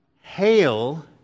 Hail